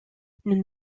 nous